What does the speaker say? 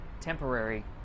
temporary